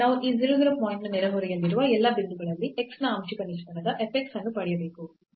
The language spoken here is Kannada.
ನಾವು ಈ 0 0 ಪಾಯಿಂಟ್ನ ನೆರೆಹೊರೆಯಲ್ಲಿರುವ ಎಲ್ಲಾ ಬಿಂದುಗಳಲ್ಲಿ x ನ ಆಂಶಿಕ ನಿಷ್ಪನ್ನವಾದ f x ಅನ್ನು ಪಡೆಯಬೇಕು